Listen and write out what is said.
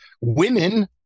women